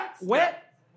Wet